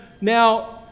now